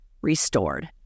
restored